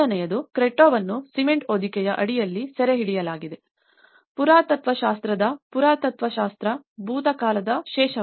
ಮೊದಲನೆಯದು ಕ್ರೆಟ್ಟೊವನ್ನು ಸಿಮೆಂಟ್ ಹೊದಿಕೆಯ ಅಡಿಯಲ್ಲಿ ಸೆರೆಹಿಡಿಯಲಾಗಿದೆ ಪುರಾತತ್ತ್ವ ಶಾಸ್ತ್ರದ ಪುರಾತತ್ತ್ವ ಶಾಸ್ತ್ರ ಭೂತಕಾಲದ ಶೇಷವಾಗಿ